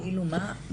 כאילו מה?